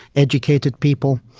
educated people.